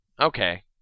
okay